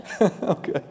Okay